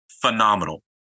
phenomenal